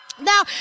Now